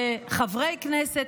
ו"חברי כנסת",